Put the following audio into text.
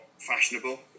fashionable